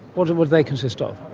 what what do they consist of?